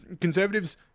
conservatives